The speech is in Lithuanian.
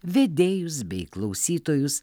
vedėjus bei klausytojus